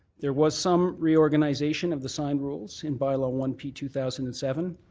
there was some reorganization of the sign rules in bylaw one p two thousand and eleven.